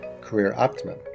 careeroptimum